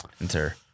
enter